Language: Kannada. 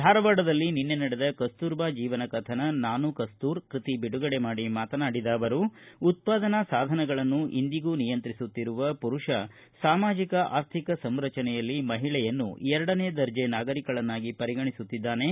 ಧಾರವಾಡದಲ್ಲಿ ನಿನ್ನೆ ನಡೆದ ಕಸ್ತೂರಬಾ ಜೀವನ ಕಥನ ನಾನು ಕಸ್ತೂರ್ ಕೃತಿ ಬಿಡುಗಡೆ ಮಾಡಿ ಮಾತನಾಡಿದ ಅವರು ಉತ್ಪಾದನಾ ಸಾಧನಗಳನ್ನು ಇಂದಿಗೂ ನಿಯಂತ್ರಿಸುತ್ತಿರುವ ಪುರುಷ ಸಾಮಾಜಿಕ ಆರ್ಥಿಕ ಸಂರಚನೆಯಲ್ಲಿ ಮಹಿಳೆಯನ್ನು ಎರಡನೆ ದರ್ಜೆ ನಾಗರಿಕಳನ್ನಾಗಿ ಪರಿಗಣಿಸುತ್ತಿದ್ದಾನೆ